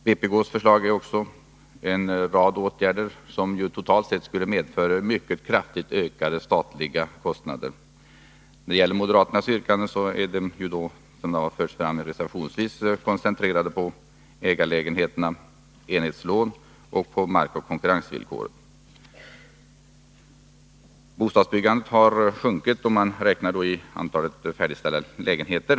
Vpk föreslår en rad åtgärder, som totalt sett skulle medföra mycket kraftigt ökade statliga kostnader. De av moderaternas yrkanden som har förts fram reservationsvis är koncentrerade på ägarlägenheter, enhetslån och markoch konkurrensvillkor. Bostadsbyggandet har sjunkit, om man räknar antalet färdigställda lägenheter.